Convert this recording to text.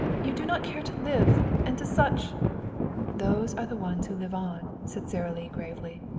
you do not care to live, and to such those are the ones who live on, said sara lee gravely,